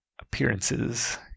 appearances